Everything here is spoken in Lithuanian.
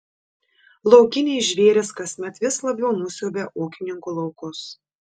laukiniai žvėrys kasmet vis labiau nusiaubia ūkininkų laukus